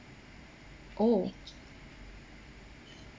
oh